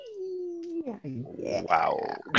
wow